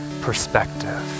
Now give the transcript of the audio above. perspective